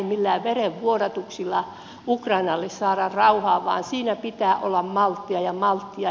millään verenvuodatuksilla ei ukrainalle saada rauhaa vaan siinä pitää olla malttia ja malttia